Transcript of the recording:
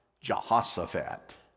jehoshaphat